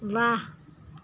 વાહ